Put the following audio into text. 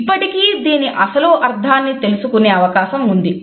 ఇప్పటికీ దీని అసలు అర్థాన్ని తెలుసుకునే అవకాశం ఉంది